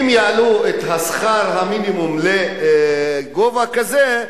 אם יעלו את שכר המינימום לגובה כזה,